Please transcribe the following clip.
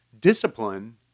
discipline